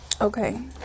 Okay